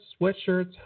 sweatshirts